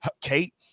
kate